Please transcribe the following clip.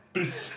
please